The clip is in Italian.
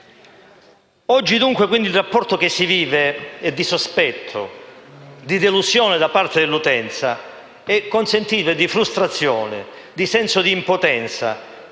Oggi, dunque, il rapporto che si vive è di sospetto, di delusione da parte dell'utenza, e - consentitemi - di frustrazione, di senso di impotenza,